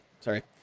sorry